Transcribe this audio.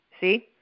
See